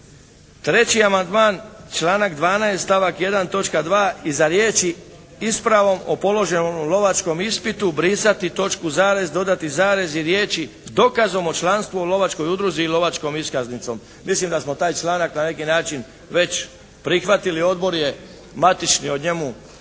Treći amandman članak 12. stavak 1. točka 2. iza riječi ispravom o položenom lovačkom ispitu brisati točku zarez, dodati zarez i riječi “dokazom o članstvu o lovačkoj udruzi i lovačkom iskaznicom“. Mislim da smo taj članak na neki način već prihvatili. Odbor je matični o njemu